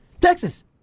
Texas